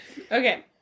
Okay